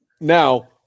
Now